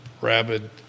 rabid